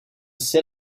sit